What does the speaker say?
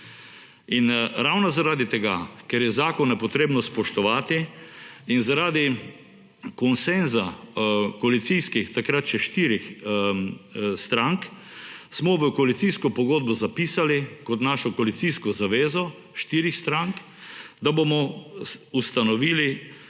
Ravno zaradi tega, ker je zakone potrebno spoštovati, in zaradi konsenza takrat še štirih koalicijskih strank smo v koalicijsko pogodbo zapisali, kot našo koalicijsko zavezo štirih strank, da bomo ustanovili